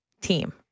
team